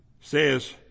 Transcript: says